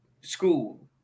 school